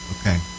okay